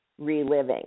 reliving